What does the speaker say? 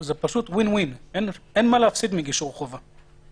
זה פשוט Win-Win, אין מה להפסיד מגישור חובה.